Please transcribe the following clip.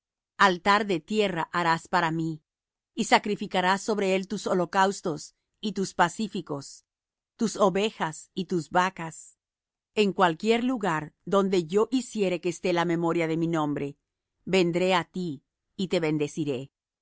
altar de tierra harás para mí y sacrificarás sobre él tus holocaustos y tus pacíficos tus ovejas y tus vacas en cualquier lugar donde yo hiciere que esté la memoria de mi nombre vendré á ti y te bendeciré